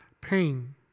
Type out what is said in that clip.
pain